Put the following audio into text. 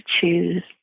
choose